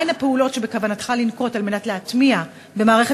מה הן הפעולות שבכוונתך לנקוט על מנת להטמיע במערכת